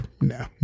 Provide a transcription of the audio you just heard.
no